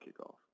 kickoff